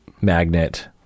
magnet